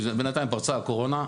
בינתיים פרצה הקורונה.